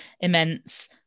immense